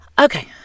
okay